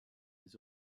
les